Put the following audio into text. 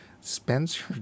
Spencer